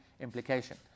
implication